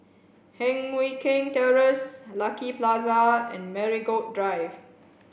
Heng Mui Keng Terrace Lucky Plaza and Marigold Drive